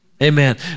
Amen